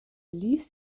ließ